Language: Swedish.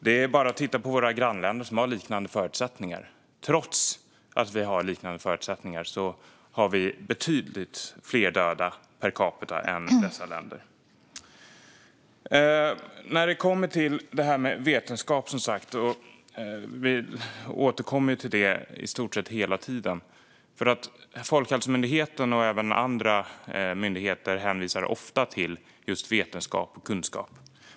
Det är bara att titta på våra grannländer som har liknande förutsättningar. Trots att Sverige har liknande förutsättningar har vi betydligt fler döda per capita än dessa länder. Vi återkommer i stort sett hela tiden till detta med vetenskap, för Folkhälsomyndigheten och även andra myndigheter hänvisar ofta till just vetenskap och kunskap.